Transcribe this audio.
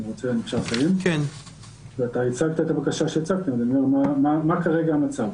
אתה הצגת את הבקשה, ואני אומר מה כרגע המצב.